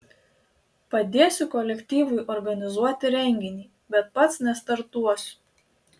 padėsiu kolektyvui organizuoti renginį bet pats nestartuosiu